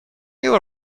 you